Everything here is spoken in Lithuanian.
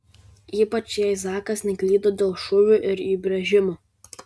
ypač jei zakas neklydo dėl šūvių ir įbrėžimų